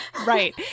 Right